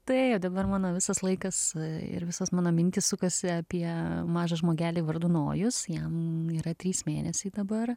tai jo dabar mano visas laikas ir visos mano mintys sukasi apie mažą žmogelį vardu nojus jam yra trys mėnesiai dabar